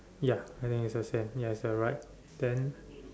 ya I think is the same ya it's the right then